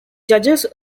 judges